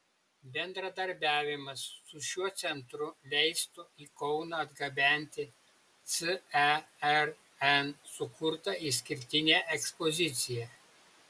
bendradarbiavimas su šiuo centru leistų į kauną atgabenti cern sukurtą išskirtinę ekspoziciją